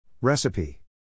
Recipe